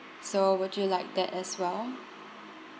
so would you like that as well